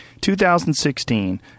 2016